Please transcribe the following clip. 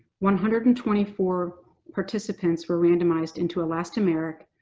one hundred and twenty four participants were randomized into elastomeric,